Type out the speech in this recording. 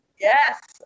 Yes